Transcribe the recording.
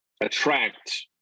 attract